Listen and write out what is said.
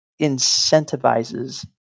incentivizes